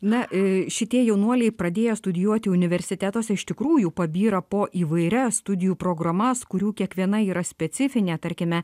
na šitie jaunuoliai pradėję studijuoti universitetuose iš tikrųjų pabyra po įvairias studijų programas kurių kiekviena yra specifinė tarkime